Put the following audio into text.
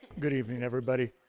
good evening everybody.